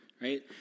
right